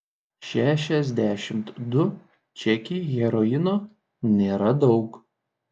šešiasdešimt du čekiai heroino nėra daug